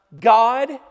God